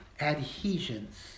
adhesions